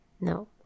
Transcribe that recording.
No